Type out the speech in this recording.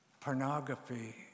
pornography